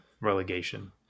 relegation